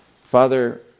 Father